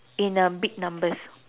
in uh big numbers